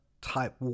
type